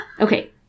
Okay